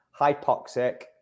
hypoxic